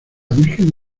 virgen